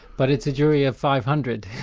but it's a jury of five hundred,